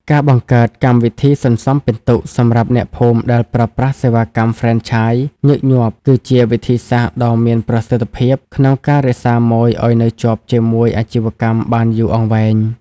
ការបង្កើត "កម្មវិធីសន្សំពិន្ទុ" សម្រាប់អ្នកភូមិដែលប្រើប្រាស់សេវាកម្មហ្វ្រេនឆាយញឹកញាប់ គឺជាវិធីសាស្ត្រដ៏មានប្រសិទ្ធភាពក្នុងការរក្សាម៉ូយឱ្យនៅជាប់ជាមួយអាជីវកម្មបានយូរអង្វែង។